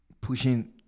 pushing